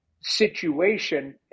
situation